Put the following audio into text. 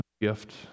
gift